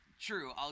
true